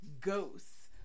ghosts